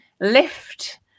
lift